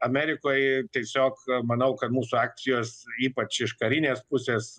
amerikoj tiesiog manau kad mūsų akcijos ypač iš karinės pusės